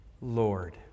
Lord